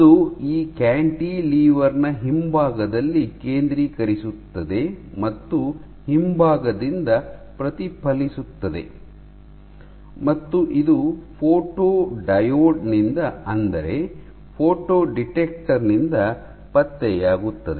ಅದು ಈ ಕ್ಯಾಂಟಿಲಿವರ್ ನ ಹಿಂಭಾಗದಲ್ಲಿ ಕೇಂದ್ರೀಕರಿಸುತ್ತದೆ ಮತ್ತು ಹಿಂಭಾಗದಿಂದ ಪ್ರತಿಫಲಿಸುತ್ತದೆ ಮತ್ತು ಇದು ಫೋಟೊಡಿಯೋಡ್ ನಿಂದ ಅಂದರೆ ಫೋಟೋ ಡಿಟೆಕ್ಟರ್ ನಿಂದ ಪತ್ತೆಯಾಗುತ್ತದೆ